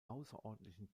außerordentlichen